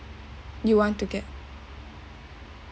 you want to get